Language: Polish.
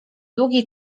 długi